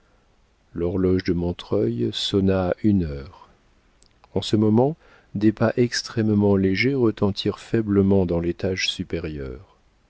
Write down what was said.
l'horloge de montreuil sonna une heure en ce moment des pas extrêmement légers retentirent faiblement dans l'étage supérieur